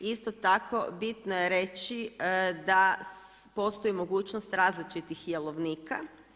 Isto tako bitno je reći da postoji mogućnost različitih jelovnika.